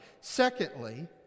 Secondly